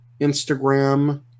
Instagram